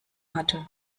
hatte